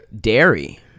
dairy